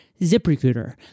ZipRecruiter